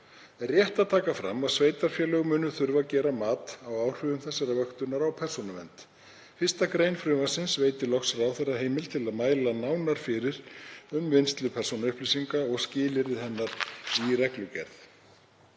Rétt er að taka fram að sveitarfélög munu þurfa að gera mat á áhrifum þessarar vöktunar á persónuvernd. 1. gr. frumvarpsins veitir loks ráðherra heimild til að mæla nánar fyrir um vinnslu persónuupplýsinga og skilyrði hennar í reglugerð.